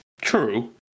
True